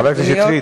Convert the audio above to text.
חבר הכנסת שטרית,